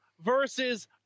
versus